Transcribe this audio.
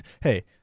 Hey